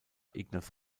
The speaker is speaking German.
ignaz